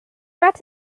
right